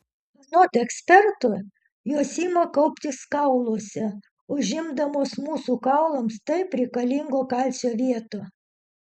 anot ekspertų jos ima kauptis kauluose užimdamos mūsų kaulams taip reikalingo kalcio vietą